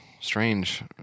Strange